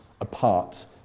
apart